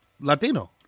latino